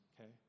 okay